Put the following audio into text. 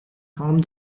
harm